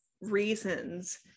reasons